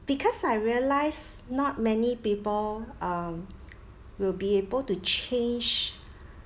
because I realise not many people um will be able to change